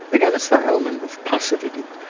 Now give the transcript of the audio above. again, it's that element of passivity,